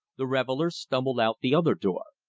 the revellers stumbled out the other door.